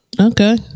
Okay